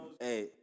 Hey